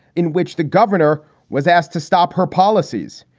in which the governor was asked to stop her policies.